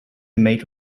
make